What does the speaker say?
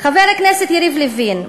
חבר הכנסת יריב לוין,